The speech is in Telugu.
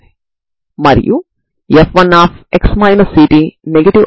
దీని నుండి sin μ నాన్ జీరో పరిష్కారం అని మీరు చూడవచ్చు